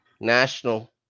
National